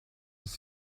ist